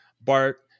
Bart